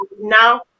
now